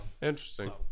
interesting